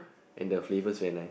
and flavours very nice